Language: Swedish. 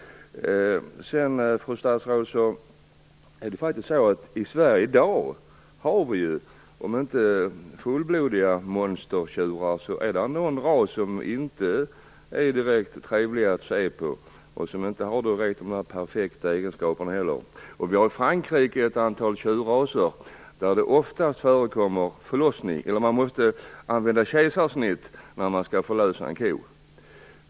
Sedan, fru statsråd, är det faktiskt så att vi i Sverige i dag har om inte fullblodiga monstertjurar så alla fall någon ras som inte är direkt trevlig att se på och som inte heller har dessa perfekta egenskaper. I Frankrike finns det ett antal tjurraser där man ofta måste använda kejsarsnitt när man skall förlösa en ko.